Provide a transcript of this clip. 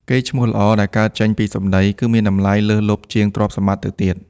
កេរ្តិ៍ឈ្មោះល្អដែលកើតចេញពីសម្ដី គឺមានតម្លៃលើសលប់ជាងទ្រព្យសម្បត្តិទៅទៀត។